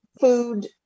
food